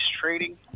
trading